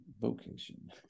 vocation